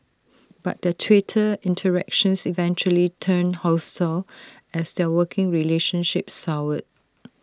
but their Twitter interactions eventually turned hostile as their working relationship soured